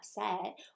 upset